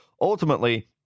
ultimately